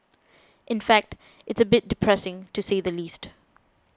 in fact it's a bit depressing to say the least